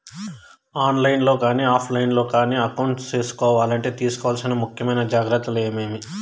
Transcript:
On line లో కానీ offline లో కానీ అకౌంట్ సేసుకోవాలంటే తీసుకోవాల్సిన ముఖ్యమైన జాగ్రత్తలు ఏమేమి?